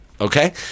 Okay